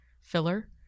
filler